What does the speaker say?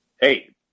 hey